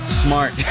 smart